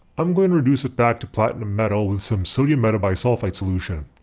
i'm going to reduce it back to platinum metal with some sodium metabisulfite solution.